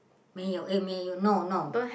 没有 eh 没有 no no